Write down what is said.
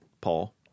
Paul